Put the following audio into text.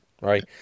right